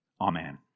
amen